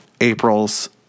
April's